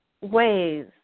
ways